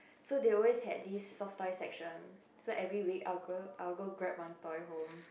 so they always had this soft toy section so every week I'll go I'll go grab one toy home